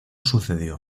sucedió